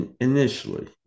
Initially